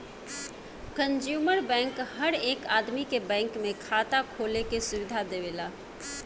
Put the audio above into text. consumer bank हर एक आदमी के बैंक में खाता खोले के सुविधा देवेला